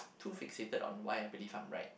too fixated on why I believe I'm right